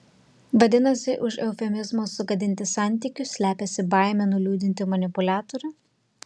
vadinasi už eufemizmo sugadinti santykius slepiasi baimė nuliūdinti manipuliatorių